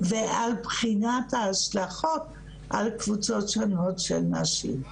ועל בחינת ההשלכות על קבוצות שונות של נשים.